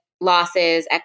Losses